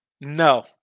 No